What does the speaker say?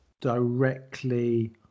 directly